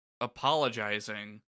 apologizing